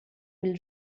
will